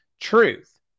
truth